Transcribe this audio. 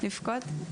לבכות.